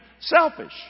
Selfish